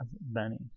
benny